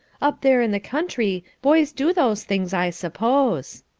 up there in the country, boys do those things, i suppose.